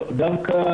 דווקא